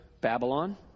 babylon